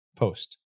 post